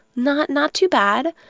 not not too bad.